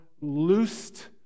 loosed